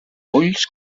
ulls